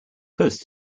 close